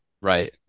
Right